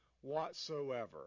whatsoever